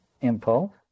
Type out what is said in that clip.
impulse